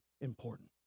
important